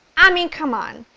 i mean, come on!